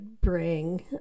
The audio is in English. bring